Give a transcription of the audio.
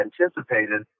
anticipated